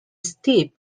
steep